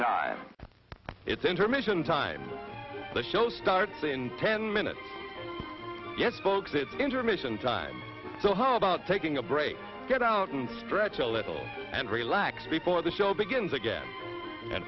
time it's intermission time the show starts in ten minutes yes books it's intermission time so how about taking a break get out and stretch a little and relax before the show begins again and